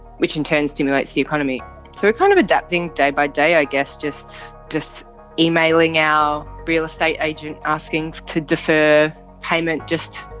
which in turn stimulates the economy. so we're kind of adapting day by day, i guess, just. just emailing our real estate agent asking to defer payment just.